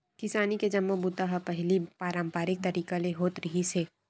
किसानी के जम्मो बूता ह पहिली पारंपरिक तरीका ले होत रिहिस हे